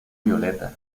violeta